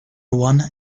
one